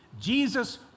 Jesus